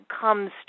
comes